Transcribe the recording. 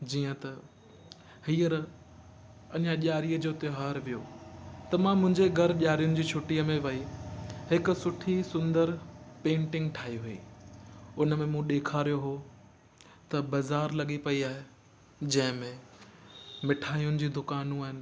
जीअं त हीअंर अञा ॾियारीअ जो त्योहार वियो त मां मुंहिंजे घरु ॾियारियुनि जी छुट्टीअ में वई हिक सुठी सुंदर पेंटिंग ठाही हुई उनमें मूं ॾेखारियो हो त बाज़ारि लॻी पई आहे जंहिंमें मिठायुनि जूं दुकानूं आहिनि